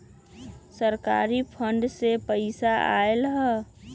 सरकारी फंड से पईसा आयल ह?